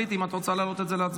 מותר לי, מותר לי הערת ביניים.